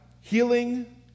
Healing